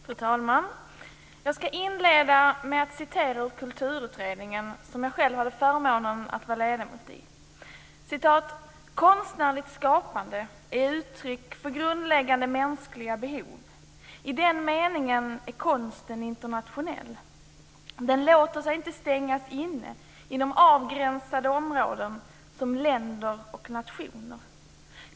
Fru talman! Jag ska inleda med att citera Kulturutredningen, som jag själv hade förmånen att vara ledamot i: "Konstnärligt skapande är uttryck för grundläggande mänskliga behov. I den meningen är konsten internationell, den låter sig inte stängas inne inom avgränsade områden som länder och nationer.